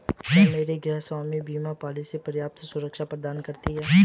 क्या मेरी गृहस्वामी बीमा पॉलिसी पर्याप्त सुरक्षा प्रदान करती है?